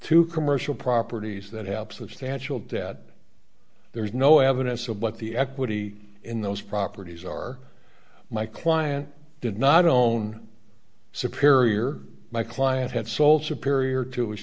to commercial properties that helps which the actual debt there is no evidence of what the equity in those properties are my client did not own superior my client had sold superior to his